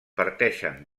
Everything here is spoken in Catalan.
parteixen